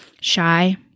shy